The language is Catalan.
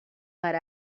per